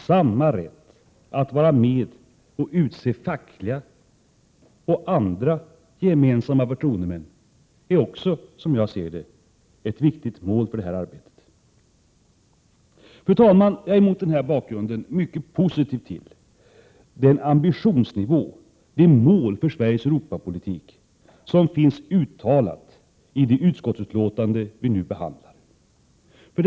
Samma rätt att vara med och utse fackliga och andra gemensamma förtroendemän är också, som jag ser det, ett viktigt mål för detta arbete. Fru talman! Jag är mot denna bakgrund mycket positiv till den ambitionsnivå, det mål för Sveriges Europapolitik som finns uttalat i det utskottsbetänkande vi nu behandlar.